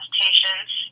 patients